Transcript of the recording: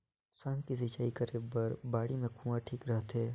साग के सिंचाई करे बर बाड़ी मे कुआँ ठीक रहथे?